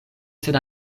sed